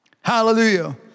Hallelujah